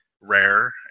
rare